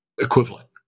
equivalent